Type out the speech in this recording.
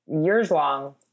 years-long